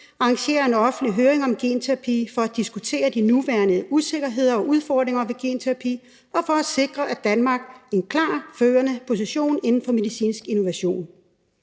arrangerer en offentlig høring om genterapi for at diskutere de nuværende usikkerheder og udfordringer ved genterapi og for at sikre Danmark en klar førende position inden for medicinsk innovation.